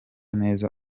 neza